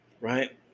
right